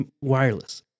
wireless